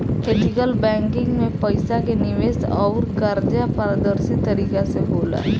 ethical banking में पईसा के निवेश अउर कर्जा पारदर्शी तरीका से होला